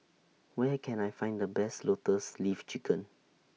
Where Can I Find The Best Lotus Leaf Chicken